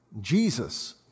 Jesus